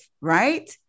right